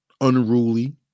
unruly